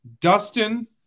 Dustin